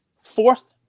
fourth